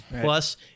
Plus